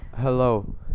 Hello